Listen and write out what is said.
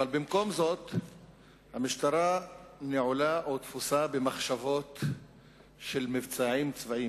אבל במקום זאת המשטרה נעולה או תפוסה במחשבות של מבצעים צבאיים.